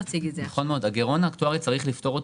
נכון מאוד, את הגירעון האקטורי צריך לפתור.